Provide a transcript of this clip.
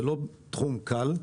זה לא תחום קל,